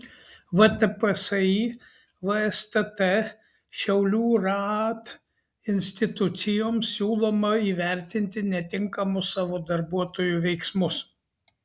vtpsi vstt šiaulių raad institucijoms siūloma įvertinti netinkamus savo darbuotojų veiksmus